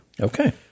okay